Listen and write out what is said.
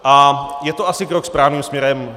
A je to asi krok správným směrem.